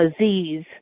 Aziz